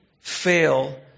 fail